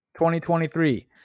2023